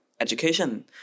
education